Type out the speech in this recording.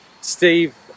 Steve